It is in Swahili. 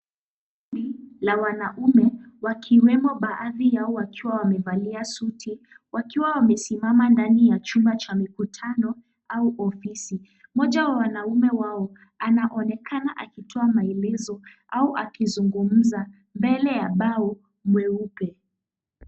Kundi la wanaume wakiwemo baadhi yao wakiwa wamevalia suti wakiwa wamesimama ndani ya chumba cha mikutano au ofisi. Moja wa wanaume hao anaonekana akitoa maelezo au akizungumza mbele ya bao mweupe.